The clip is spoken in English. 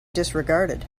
disregarded